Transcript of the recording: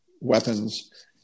weapons